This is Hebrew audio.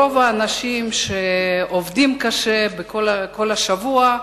רוב האנשים, שעובדים קשה כל השבוע,